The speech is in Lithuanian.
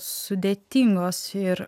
sudėtingos ir